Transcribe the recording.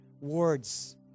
words